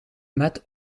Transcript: met